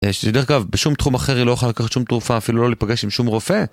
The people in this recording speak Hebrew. שבדרך כלל בשום תחום אחר היא לא יכולה לקחת שום תרופה, אפילו לא להיפגש עם שום רופא.